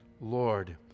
Lord